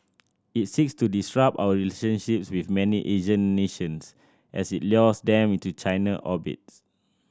it seeks to disrupt our relationships with many Asian nations as it lures them into China's orbit